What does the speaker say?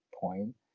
point